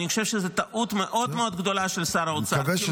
אני חושב שזו טעות מאוד מאוד גדולה של שר האוצר.